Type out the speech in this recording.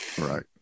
Right